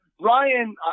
Ryan